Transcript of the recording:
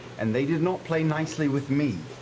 and they did not play nicely with me.